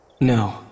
No